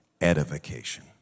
edification